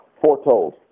foretold